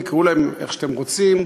ותקראו להם איך שאתם רוצים,